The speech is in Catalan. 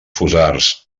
fossars